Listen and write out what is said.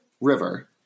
River